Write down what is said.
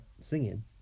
singing